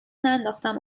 ننداختم